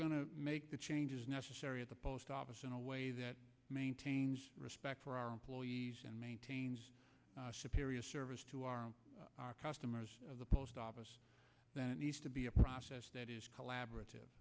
to make the changes necessary at the post office in a way that maintains respect for our employees and maintains a superior service to our customers of the post office then it needs to be a process that is collaborative